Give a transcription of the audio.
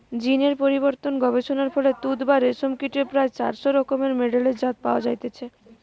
জীন এর পরিবর্তন গবেষণার ফলে তুত বা রেশম কীটের প্রায় চারশ রকমের মেডেলের জাত পয়া যাইছে